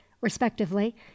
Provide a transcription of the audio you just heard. respectively